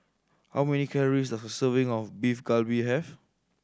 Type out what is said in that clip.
how many calories does a serving of Beef Galbi have